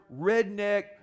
redneck